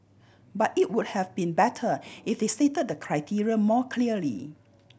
but it would have been better if they stated the criteria more clearly